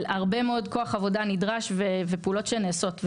הרבה מאוד כוח עבודה שנדרש ועבודות שנעשות.